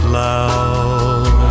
loud